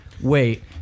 wait